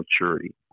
maturity